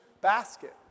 basket